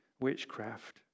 witchcraft